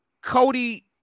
Cody